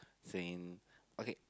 same okay